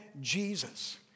Jesus